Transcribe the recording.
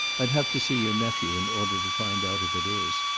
i'd have to see your nephew, in order to find out if it is.